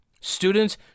Students